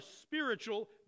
spiritual